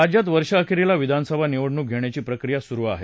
राज्यात वर्षअखेरीला विधानसभा निवडणूक घेण्याची प्रक्रिया सुरू आहे